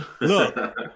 look